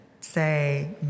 say